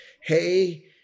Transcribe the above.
hey